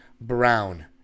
Brown